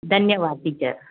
धन्यवाद टीचर